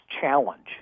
challenge